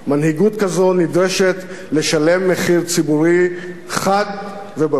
מנהיגות כזאת נדרשת לשלם מחיר ציבורי חד וברור.